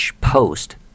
post